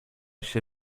się